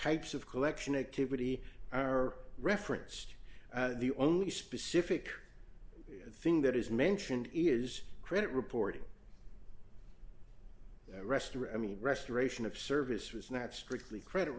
types of collection activity are referenced the only specific thing that is mentioned is credit reporting restroom i mean restoration of service was not strictly credit